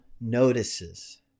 notices